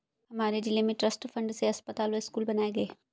हमारे जिले में ट्रस्ट फंड से अस्पताल व स्कूल बनाए गए